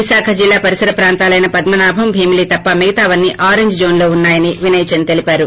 విశాఖ జిల్లా పరిసర ప్రాంతాలైన పద్మనాభం భీమిలి తప్ప మిగతావన్నీ ఆరంజ్ జోన్ లో ఉన్నాయని వినయ్ చంద్ తెలిపారు